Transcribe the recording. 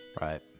right